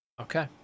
Okay